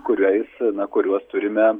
kuriais na kuriuos turime